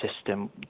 system